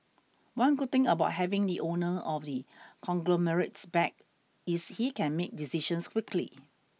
one good thing about having the owner of the conglomerates back is he can make decisions quickly